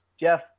Jeff